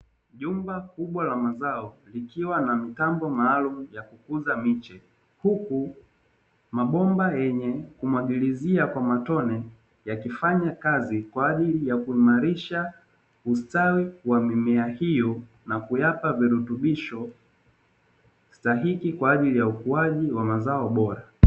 Nyumba kubwa la mazao ikiwa na mitambo maalumu ya kuuza miche, lle mabomba yenye kumwagilizia kwa matone yakifanya kazi kwa ajili ya kuimarisha ustawi wa mimea hiyo na kuyapa virutubisho kwa ajili ya ukuaji wa mazao bora.